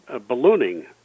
ballooning